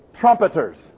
Trumpeters